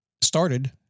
started